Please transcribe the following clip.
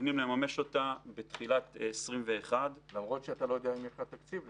מתכוונים לממש אותה בתחילת 2021. למרות שאתה לא יודע אם יש לה תקציב.